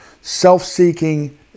Self-seeking